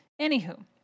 Anywho